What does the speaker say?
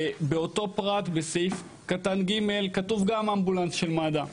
באותו פרט בסעיף קטן (ג) גם כתוב אמבולנס של מד"א.